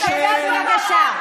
את יכולה לשבת ולהגיד את מה שאת רוצה.